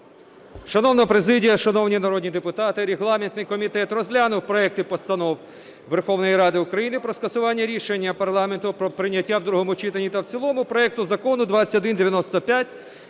Шановна президія, шановні народні депутати, регламентний комітет розглянув проекти постанов Верховної Ради України про скасування рішення парламенту про прийняття в другому читанні та в цілому проекту Закону 2195,